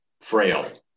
frail